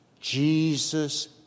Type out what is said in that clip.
Jesus